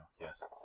Yes